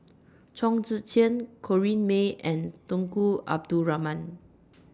Chong Tze Chien Corrinne May and Tunku Abdul Rahman